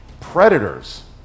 Predators